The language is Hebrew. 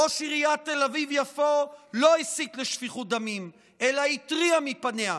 ראש עיריית תל אביב-יפו לא הסית לשפיכות דמים אלא התריע מפניה.